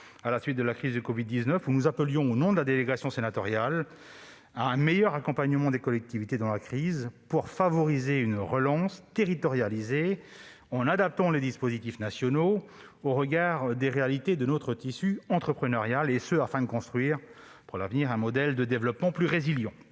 à la suite de la crise du covid-19 », où nous appelions, au nom de la délégation sénatoriale aux outre-mer, à un meilleur accompagnement des collectivités dans la crise. Il s'agirait de favoriser une relance territorialisée, avec une adaptation des dispositifs nationaux aux réalités de notre tissu entrepreneurial, afin de construire, pour l'avenir, un modèle de développement plus résilient.